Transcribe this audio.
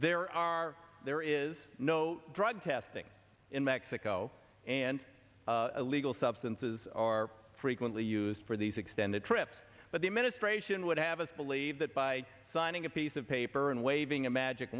there are there is no drug testing in mexico and illegal substances are frequently used for these extended trips but the administration would have us believe that by signing a piece of paper and waving a magic